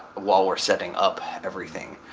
while we're setting up everything.